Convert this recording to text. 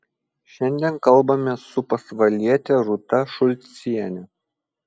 šiandien kalbamės su pasvaliete rūta šulciene